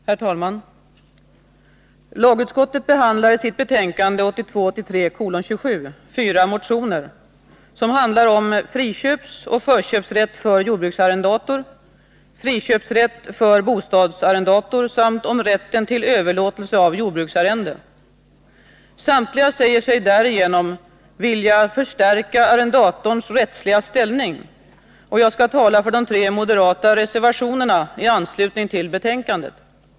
Herr talman! Lagutskottet behandlar i sitt betänkande 1982/83:27 fyra motioner, som handlar om friköpsoch förköpsrätt för jordbruksarrendator, om friköpsrätt för bostadsarrendator samt om rätten till överlåtelse av jordbruksarrende. Samtliga motionärer säger sig vilja förstärka arrendatorns rättsliga ställning. Jag skall tala för de tre moderata reservationerna i anslutning till betänkandet.